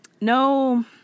No